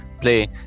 play